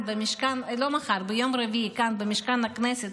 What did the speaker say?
ביום רביעי כאן במשכן הכנסת,